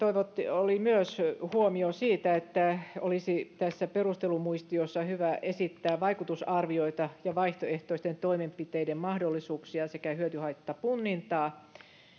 oli myös huomio siitä että olisi tässä perustelumuistiossa hyvä esittää vaikutusarvioita ja vaihtoehtoisten toimenpiteiden mahdollisuuksia sekä hyöty haitta punnintaa